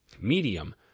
Medium